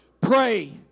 Pray